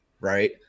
right